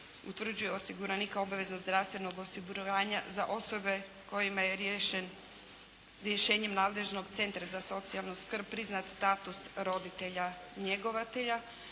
utvrđuje osiguranika obveznog zdravstvenog osiguranja za osobe kojima je rješenjem nadležnog Centra za socijalnu skrb priznat status roditelja, njegovatelja.